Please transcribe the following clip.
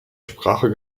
sprache